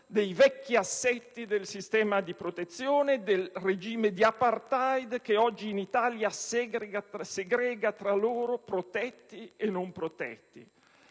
dei vecchi assetti del sistema di protezione, del regime di *apartheid* che oggi in Italia segrega tra loro protetti e non protetti.